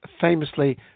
famously